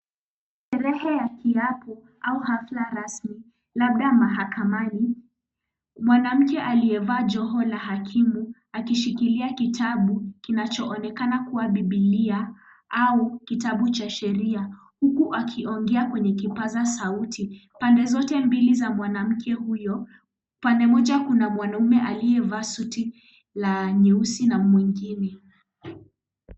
Sherehe ya kihapo au hafla rasmi, labda mahakamani. Mwanamke aliyevaa joho la hakimu, akishikilia kitabu kinachoonekana kuwa bibilia, au kitabu cha sheria, huku akiongea kwenye kipaza sauti. Pande zote mbili za mwanamke huyo, upande mmoja kuna mwanaume aliyevaa suti la nyeusi na mwingine.